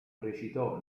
recitò